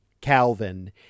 Calvin